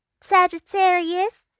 Sagittarius